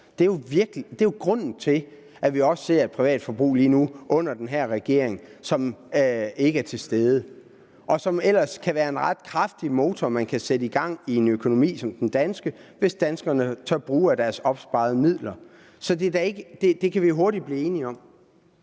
Det er jo grunden til, at vi ser, at privatforbruget lige nu under den her regering ikke er til stede, og det kan ellers være en ret kraftig motor at sætte i gang i en økonomi som den danske, hvis danskerne tør bruge af deres opsparede midler. Det kan vi hurtigt blive enige om.